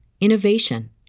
innovation